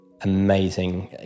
amazing